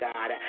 God